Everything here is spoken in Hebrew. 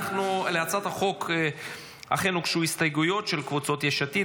להצעת החוק אכן הוגשו הסתייגויות של קבוצות יש עתיד,